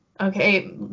okay